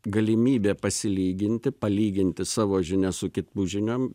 galimybė pasilyginti palyginti savo žinias su kitų žiniom